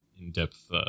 in-depth